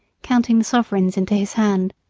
counting the sovereigns into his hand.